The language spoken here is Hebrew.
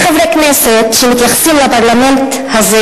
יש חברי כנסת שמתייחסים לפרלמנט הזה